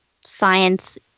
science